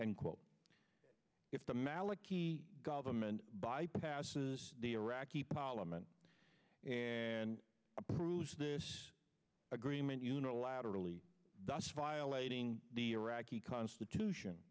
and quote if the maliki government bypasses the iraqi parliament and approves this agreement unilaterally thus violating the iraqi constitution